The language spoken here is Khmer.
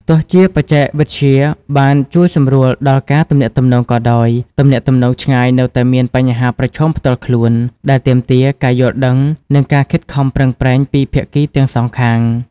ទោះជាបច្ចេកវិទ្យាបានជួយសម្រួលដល់ការទំនាក់ទំនងក៏ដោយ ទំនាក់ទំនងឆ្ងាយនៅតែមានបញ្ហាប្រឈមផ្ទាល់ខ្លួន ដែលទាមទារការយល់ដឹង និងការខិតខំប្រឹងប្រែងពីភាគីទាំងសងខាង។